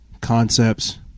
concepts